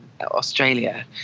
Australia